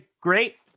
great